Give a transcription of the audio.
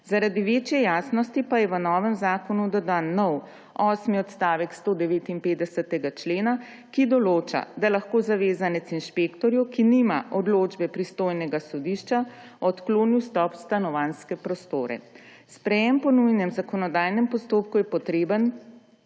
Zaradi večje jasnosti pa je v novem zakonu dodan nov, osmi odstavek 159. člena, ki določa, da lahko zavezanec inšpektorju, ki nima odločbe pristojnega sodišča, odkloni vstop v stanovanjske prostore. Sprejem po nujnem zakonodajnem postopku je potreben,